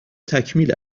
تکمیل